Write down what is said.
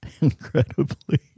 incredibly